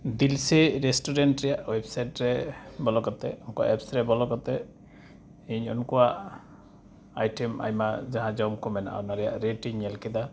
Dilse restaurant ᱨᱮᱭᱟᱜ website ᱨᱮ ᱵᱚᱞᱚ ᱠᱟᱛᱮᱫ ᱩᱱᱠᱩᱣᱟᱜ ᱮᱯᱥ ᱨᱮ ᱵᱚᱞᱚ ᱠᱟᱛᱮᱫ ᱤᱧ ᱩᱱᱠᱚᱣᱟᱜ ᱟᱭᱴᱮᱢ ᱟᱭᱢᱟ ᱡᱟᱦᱟᱸ ᱡᱚᱢᱠᱚ ᱢᱮᱱᱟᱜᱼᱟ ᱚᱱᱟ ᱨᱮᱭᱟᱜ ᱨᱮᱴ ᱤᱧ ᱧᱮᱞ ᱠᱮᱫᱟ